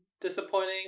disappointing